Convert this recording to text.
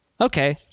Okay